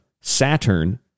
Saturn